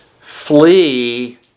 Flee